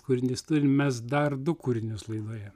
kūrinys turim mes dar du kūrinius laidoje